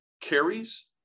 carries